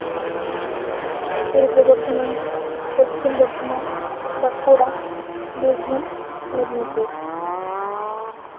Purba Bardhaman Paschim Bardhaman Bankura Birbhum Midnapore